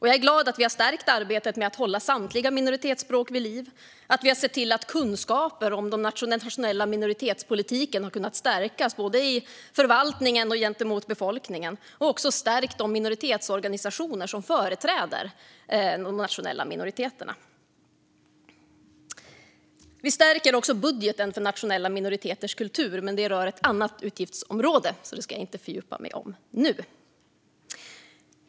Jag är glad att vi har stärkt arbetet med att hålla samtliga minoritetsspråk vid liv, att vi har sett till att kunskaperna om den nationella minoritetspolitiken har kunnat stärkas, både i förvaltningen och gentemot befolkningen, och att vi har stärkt de organisationer som företräder de nationella minoriteterna. Vi stärker också budgeten för nationella minoriteters kultur. Det rör dock ett annat utgiftsområde, så det ska jag inte fördjupa mig i nu.